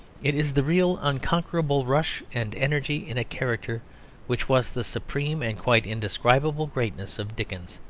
it is the real unconquerable rush and energy in a character which was the supreme and quite indescribable greatness of dickens.